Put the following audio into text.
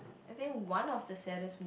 I think one of the saddest